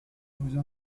vous